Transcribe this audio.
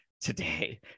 today